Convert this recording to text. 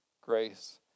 grace